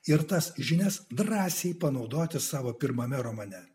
ir tas žinias drąsiai panaudoti savo pirmame romane